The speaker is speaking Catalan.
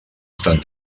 estan